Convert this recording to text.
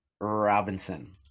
Robinson